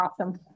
Awesome